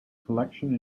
collection